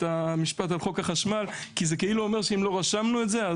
את המשפט על חוק החשמל כי זה אומר שאם לא רשמנו את זה,